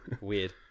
Weird